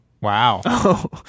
Wow